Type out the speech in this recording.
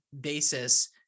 basis